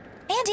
Andy